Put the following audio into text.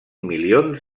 milions